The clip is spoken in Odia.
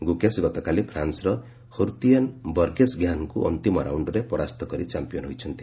ଗୁକେସ୍ ଗତକାଲି ଫ୍ରାନ୍ସର ହୋରୁତିୟୁନ୍ ବର୍ଗେସ୍ଘ୍ୟାନ୍ଙ୍କୁ ଅନ୍ତିମ ରାଉଣ୍ଡରେ ପରାସ୍ତ କରି ଚାମ୍ପିୟନ୍ ହୋଇଛନ୍ତି